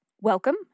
welcome